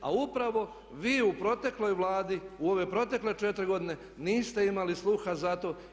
A upravo vi u protekloj Vladi i ove protekle 4 godine niste imali sluha za to.